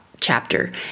chapter